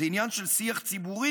זה עניין של שיח ציבורי,